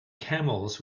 camels